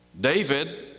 David